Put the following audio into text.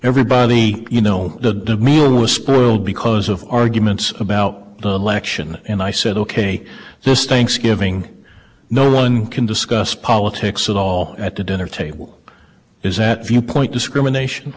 everybody you know the meal was spoiled because of arguments about the election and i said ok so the stakes giving no one can discuss politics at all at the dinner table is that viewpoint discrimination